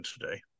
today